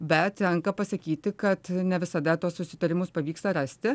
bet tenka pasakyti kad ne visada tuos susitarimus pavyksta rasti